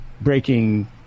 breaking